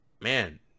man